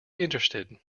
interested